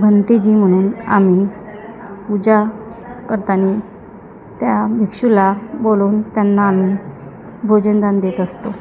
भंतेजी म्हणून आम्ही पूजा करताना त्या भिक्षुला बोलवून त्यांना आम्ही भोजनदान देत असतो